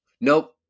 Nope